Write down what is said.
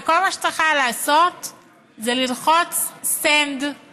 וכל מה שהיה צריך לעשות זה ללחוץ send לאי-מייל,